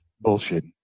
bullshit